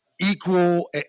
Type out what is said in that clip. equal